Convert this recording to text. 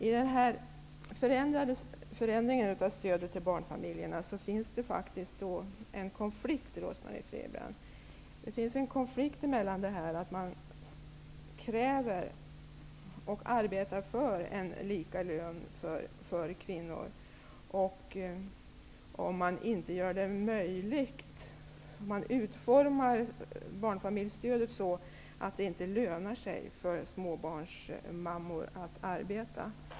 I förslaget till förändringen av stödet till barnfamiljerna finns faktiskt en konflikt, Rose Marie Frebran. Det finns en konflikt mellan att man kräver och arbetar för lika lön för alla kvinnor, men man gör inte detta möjligt. Man utformar barnfamiljestödet så att det inte lönar sig för småbarnsmammor att arbeta.